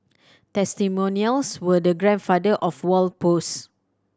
testimonials were the grandfather of wall posts